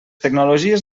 tecnologies